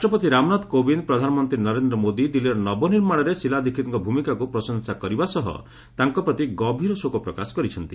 ରାଷ୍ଟ୍ରପତି ରାମନାଥ କୋବିନ୍ଦ ପ୍ରଧାନମନ୍ତ୍ରୀ ନରେନ୍ଦ୍ର ମୋଦି ଦିଲ୍ଲୀର ନବନିର୍ମାଣରେ ଶିଲା ଦୀକ୍ଷିତ୍ଙ୍କ ଭୂମିକାକୁ ପ୍ରଶଂସା କରିବା ସହ ତାଙ୍କ ପ୍ରତି ଗଭୀର ଶୋକ ପ୍ରକାଶ କରିଛନ୍ତି